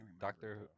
Doctor